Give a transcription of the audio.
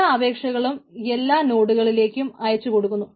എല്ലാ അപേക്ഷകളും എല്ലാ നോടുകളിലേക്കും അയച്ചു കൊടുക്കുന്നു